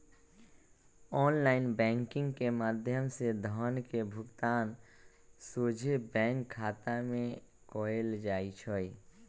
online banking के माध्यम से धन के भुगतान सोझे बैंक खता में कएल जाइ छइ